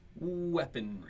Weaponry